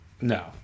no